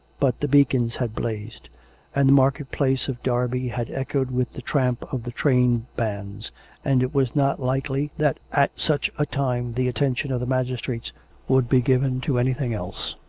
but the beacons had blazed and the market-place of derby had echoed with the tramp of the train-bands and it was not likely that at such a time the attention of the magistrates would be given to anything else.